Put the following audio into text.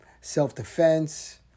self-defense